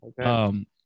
Okay